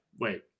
wait